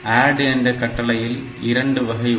ADD என்ற கட்டளையில் இரண்டு வகை உண்டு